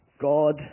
God